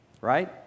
right